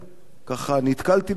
ככה נתקלתי בשאלה,